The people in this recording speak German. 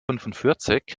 fünfundvierzig